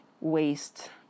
waste